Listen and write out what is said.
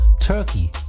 Turkey